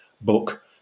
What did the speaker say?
book